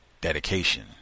dedication